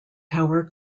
tower